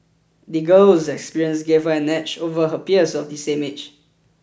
the girl's experiences gave her an edge over her peers of the same age